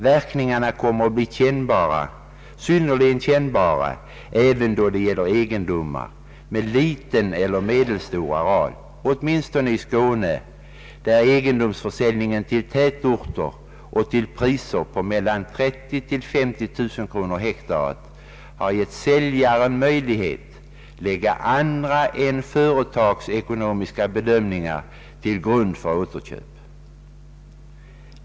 Verkningarna kommer att bli synnerligen kännbara även då det gäller egendomar med liten eller medelstor areal, åtminstone i Skåne där egendomsförsäljningar till tätorter och till priser på mellan 30 000 och 50 000 kronor per hektar har gett säljaren möjlighet att lägga andra än företagsekonomiska bedömningar till grund för återköp.